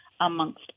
amongst